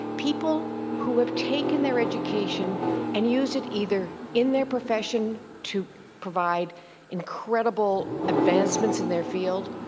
people who have taken their education and used it either in their profession to provide incredible advancements in their field,